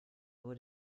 nur